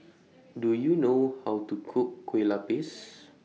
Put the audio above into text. Do YOU know How to Cook Kueh Lapis